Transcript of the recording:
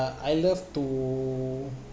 I love to